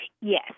Yes